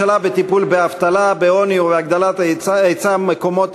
בעוני ובהיצע מקומות